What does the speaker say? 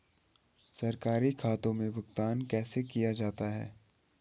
सरकारी खातों में भुगतान कैसे किया जाता है?